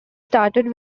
started